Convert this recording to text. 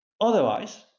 Otherwise